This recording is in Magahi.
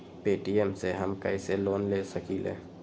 पे.टी.एम से हम कईसे लोन ले सकीले?